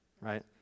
right